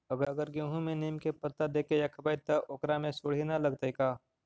अगर गेहूं में नीम के पता देके यखबै त ओकरा में सुढि न लगतै का?